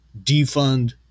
Defund